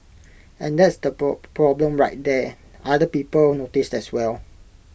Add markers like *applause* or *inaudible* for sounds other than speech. and that's the *unintelligible* problem right there other people noticed as well